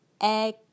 egg